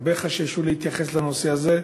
הרבה חששו להתייחס לנושא הזה,